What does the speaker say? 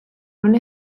una